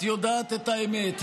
את יודעת את האמת,